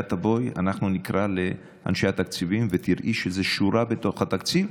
כשאת תבואי אנחנו נקרא לאנשי התקציבים ותראי שזו שורה בתוך התקציב.